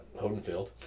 Hodenfield